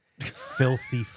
Filthy